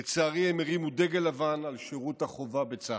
לצערי, הם הרימו דגל לבן על שירות החובה בצה"ל.